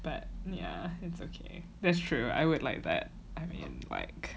but yeah it's okay that's true I would like that I mean like